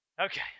okay